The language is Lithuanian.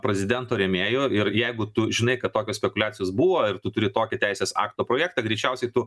prezidento rėmėjų ir jeigu tu žinai kad tokios spekuliacijos buvo ir tu turi tokį teisės akto projektą greičiausiai tu